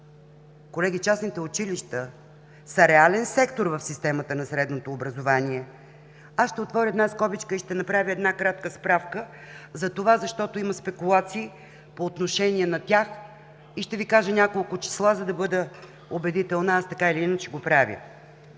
Колеги, частните училища са реален сектор в системата на средното образование. Ще отворя скоба и ще направя кратка справка, защото има спекулации по отношение на тях. Ще Ви кажа няколко числа, за да бъда убедителна, така или иначе го правя.